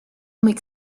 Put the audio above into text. make